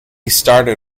started